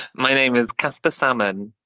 my name is caspar salmon